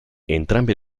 entrambe